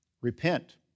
Repent